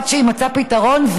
עד שיימצא פתרון,